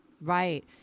right